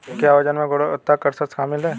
क्या वजन में गुरुत्वाकर्षण शामिल है?